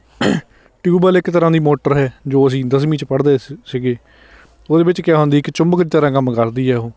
tubewell ਇੱਕ ਤਰ੍ਹਾਂ ਦੀ ਮੋਟਰ ਹੈ ਜੋ ਅਸੀਂ ਦਸਵੀਂ 'ਚ ਪੜ੍ਹਦੇ ਸ ਸੀਗੇ ਉਹਦੇ ਵਿੱਚ ਕਿਆ ਹੁੰਦੀ ਇੱਕ ਚੁੰਬਕ ਦੀ ਤਰ੍ਹਾਂ ਕੰਮ ਕਰਦੀ ਹੈ ਉਹ